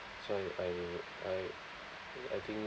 that's why I I I think